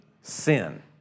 sin